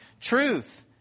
truth